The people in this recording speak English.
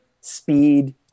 speed